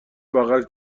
بغل